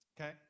Okay